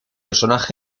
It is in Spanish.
personaje